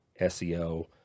SEO